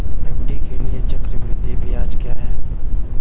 FD के लिए चक्रवृद्धि ब्याज क्या है?